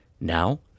now